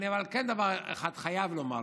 אבל דבר אחד אני חייב לומר לך: